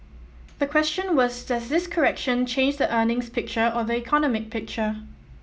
the question was does this correction change the earnings picture or the economic picture